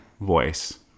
voice